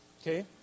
Okay